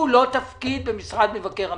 הוא לא תפקיד במשרד מבקר המדינה.